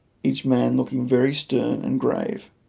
each man looking very stern and grave.